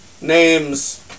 names